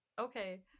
Okay